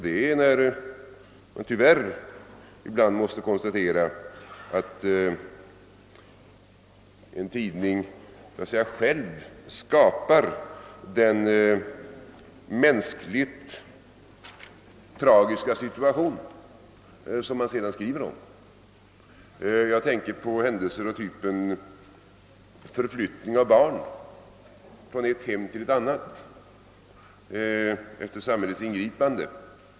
Det är när man ibland måste konstatera att en tidning själv skapar den mänskligt tragiska situation som den sedan skriver om. Jag tänker på händelser av typen förflyttning av barn från ett hem till ett annat efter samhällets ingripande.